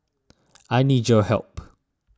I need your help